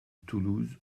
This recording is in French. toulouse